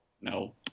No